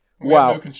Wow